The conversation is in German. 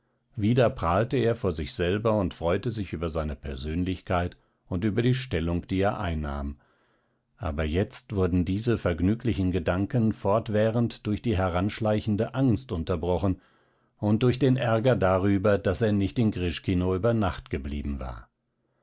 wieder prahlte er vor sich selber und freute sich über seine persönlichkeit und über die stellung die er einnahm aber jetzt wurden diese vergnüglichen gedanken fortwährend durch die heranschleichende angst unterbrochen und durch den ärger darüber daß er nicht in grischkino über nacht geblieben war